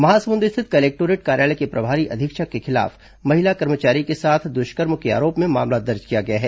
महासमुंद स्थित कलेक्टोरेट कार्यालय के प्रभारी अधीक्षक के खिलाफ महिला कर्मचारी के साथ दुष्कर्म के आरोप में मामला दर्ज किया गया है